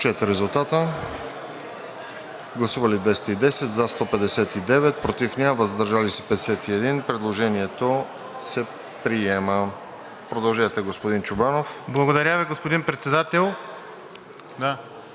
Продължете, господин Чобанов.